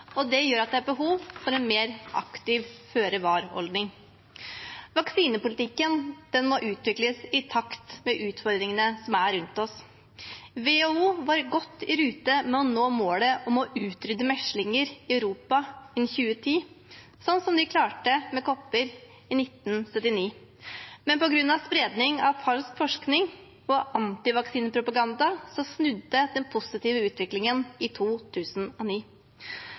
oss. Det gjør at det er behov for en mer aktiv føre-var-holdning. Vaksinepolitikken må utvikles i takt med utfordringene rundt oss. WHO var godt i rute med å nå målet om å utrydde meslinger i Europa i 2010, slik vi klarte med kopper i 1979. Men på grunn av spredning av falsk forskning og antivaksinepropaganda snudde den positive utviklingen i 2009.